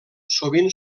sovint